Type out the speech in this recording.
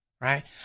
right